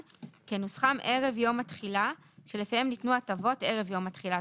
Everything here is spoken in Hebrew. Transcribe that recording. כנוסחם ערב יום התחילה שלפיהם ניתנו הטבות ערב יום התחילה,